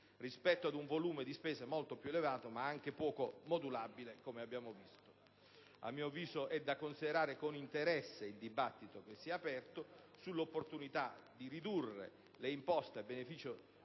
rispetto ad un volume di spese molto più elevato ma anche poco modulabile nell'arco di un anno. A mio avviso, è da considerare con interesse il dibattito aperto sull'opportunità di ridurre le imposte a beneficio